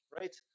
Right